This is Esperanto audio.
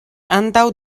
antaŭ